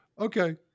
Okay